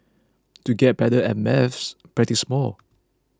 to get better at maths practise more